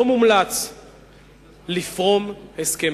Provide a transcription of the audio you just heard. לא מומלץ לפרום הסכמים.